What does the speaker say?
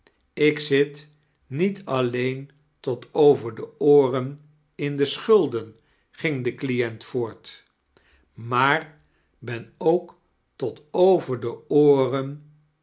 ik zit niet alleen tot over de ooaem in de schulden ging de client voart maar ben ook tot over de oarem